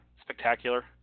spectacular